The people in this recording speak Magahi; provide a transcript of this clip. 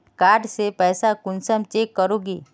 कार्ड से पैसा कुंसम चेक करोगी?